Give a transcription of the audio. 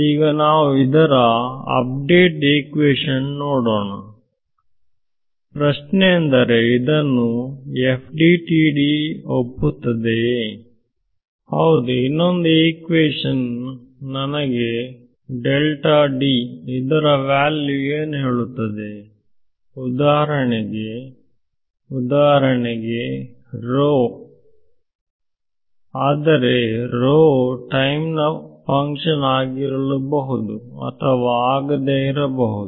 ಈಗ ನಾವು ಇದರ ಅಪ್ಡೇಟ್ ಈಕ್ವೇಶನ್ ನೋಡೋಣ ಇಲ್ಲಿ ಬರೆದದ್ದು ಪ್ರಶ್ನೆಯೇನೆಂದರೆ ಇದನ್ನು FDTD ಒಪ್ಪುತ್ತದೆಯೇ ಹೌದು ಇನ್ನೊಂದು ಹಿಕ್ವಿಷನ್ ನನಗೆ ಇದರ ವ್ಯಾಲ್ಯೂ ಏನು ಹೇಳುತ್ತದೆ ಉದಾಹರಣೆಗೆ ಸರಿ ಆದರೆ ಟೈಮ್ ನ ಫಂಕ್ಷನ್ ಆಗಿರಲೂಬಹುದು ಅಥವಾ ಆಗದೆಯೂ ಇರಬಹುದು